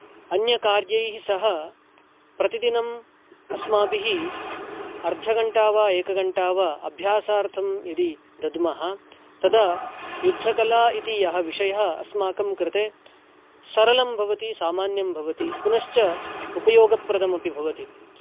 अन्यकार्यैः सह प्रतिदिनं अस्माभिः अर्धघण्टा वा एकघण्टा वा अभ्यासार्थं यदि दद्मः तदा युद्धकला इति यः विषयः अस्माकं कृते सरलं भवति सामन्यं भवति पुनश्च उपयोगप्रदमपि भवति